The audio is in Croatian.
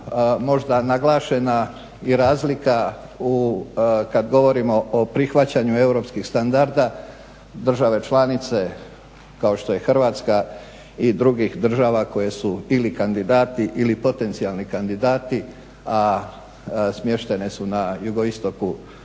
možda naglašena i razlika kad govorimo o prihvaćanju europskih standarda države članice kao što je Hrvatska i drugih država koje su ili kandidati ili potencijalni kandidati, a smještene su na jugoistoku